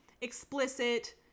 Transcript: explicit